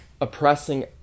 oppressing